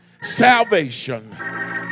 salvation